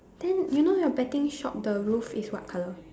then you know your betting shop the roof is what colour